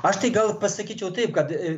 aš tai gal pasakyčiau taip kad